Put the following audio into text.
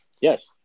Yes